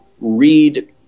read